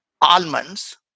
almonds